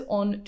on